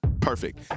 Perfect